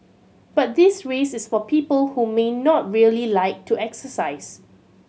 but this race is for people who may not really like to exercise